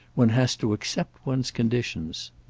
one has to accept one's conditions.